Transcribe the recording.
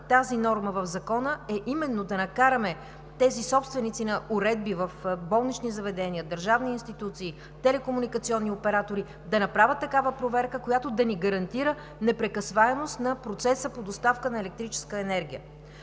тази норма в Закона е да накараме тези собственици на уредби в болнични заведения, държавни институции, телекомуникационни оператори да направят такава проверка, която да ни гарантира непрекъсваемостта на процеса по доставка на електрическа енергия.